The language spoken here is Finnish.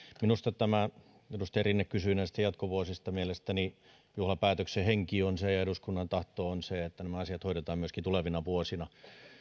edustaja rinne kysyi näistä jatkovuosista mielestäni juhlapäätöksen henki on se ja ja eduskunnan tahto on se että nämä asiat hoidetaan myöskin tulevina vuosina